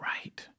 Right